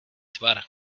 tvar